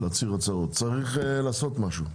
צריך לתת משהו.